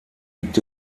gibt